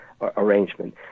arrangement